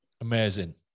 Amazing